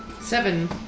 Seven